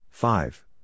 Five